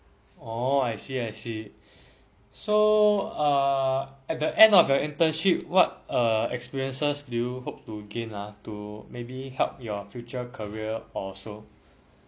orh I see I see so err at the end of your internship what err experiences do you hope to gain ah to maybe help your future career or so